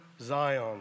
Zion